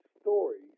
stories